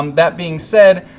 um that being said,